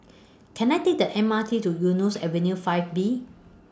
Can I Take The M R T to Eunos Avenue five B